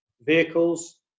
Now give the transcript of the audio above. vehicles